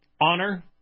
honor